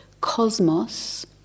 cosmos